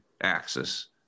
axis